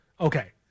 okay